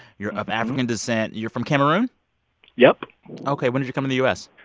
you're of african descent. you're from cameroon yup ok. when did you come to the u s?